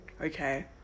okay